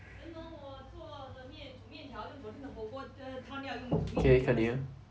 K continue